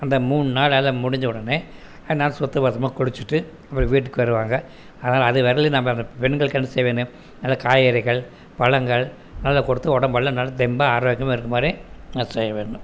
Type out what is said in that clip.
அந்த மூணு நாள் முடிஞ்ச உடனே எல்லோரும் சுத்த பத்தமாக குளிச்சுட்டு அப்புறம் வீட்டுக்கு வருவாங்க அதனால் அது வரையிலும் நம்ப அந்த பெண்களுக்கு என்ன செய்ய வேணும் நல்ல காய்கறிகள் பழங்கள் அதை கொடுத்து உடம்பெல்லாம் நல்லா தெம்பாக ஆரோக்கியமாக இருக்கற மாதிரி நம்ம செய்ய வேணும்